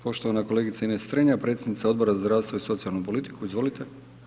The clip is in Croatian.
Poštovana kolegica Ines Strenja, predsjednica Odbora za zdravstvo i socijalnu politiku, izvolite.